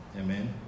Amen